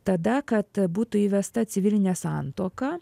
tada kad būtų įvesta civilinė santuoka